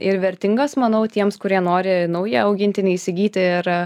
ir vertingas manau tiems kurie nori naują augintinį įsigyti ir